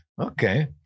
Okay